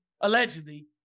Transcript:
allegedly